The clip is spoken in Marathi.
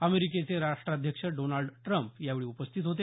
अमेरिकेचे राष्ट्राध्यक्ष डोनाल्ड ट्रम्प यावेळी उपस्थित होते